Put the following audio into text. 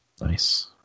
Nice